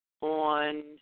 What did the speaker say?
on